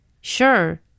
Sure